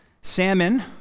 Salmon